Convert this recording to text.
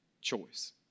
choice